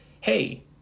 hey